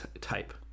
type